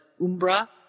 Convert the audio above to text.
umbra